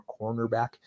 cornerback